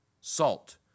Salt